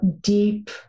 deep